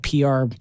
PR